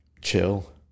chill